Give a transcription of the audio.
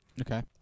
Okay